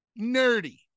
nerdy